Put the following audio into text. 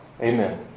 Amen